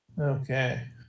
Okay